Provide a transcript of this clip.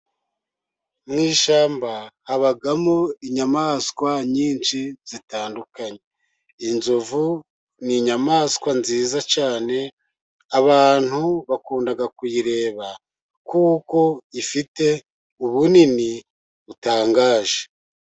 Mu ishyamba habamo inyamaswa nyinshi zitandukanye, inzovu ni inyamaswa nziza cyane abantu bakunda kuyireba, kuko ifite ubunini butangaje.